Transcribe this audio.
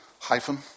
hyphen